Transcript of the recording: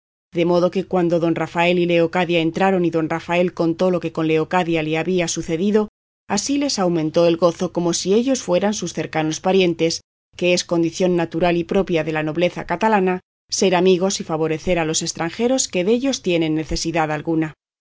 de modo que cuando don rafael y leocadia entraron y don rafael contó lo que con leocadia le había sucedido así les aumentó el gozo como si ellos fueran sus cercanos parientes que es condición natural y propia de la nobleza catalana saber ser amigos y favorecer a los estranjeros que dellos tienen necesidad alguna